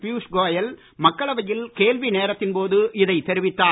பியூஷ் கோயல் மக்களவையில் கேள்வி நேரத்தின் போது இதை தெரிவித்தார்